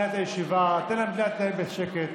להלן תוצאות ההצבעה: בעד,